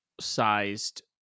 sized